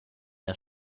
der